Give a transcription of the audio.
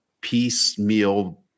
piecemeal